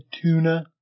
tuna